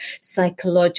psychological